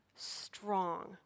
strong